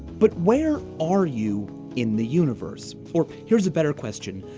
but where are you in the universe? or, here's a better question.